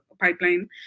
pipeline